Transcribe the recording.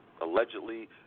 Allegedly